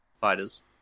fighters